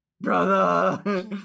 Brother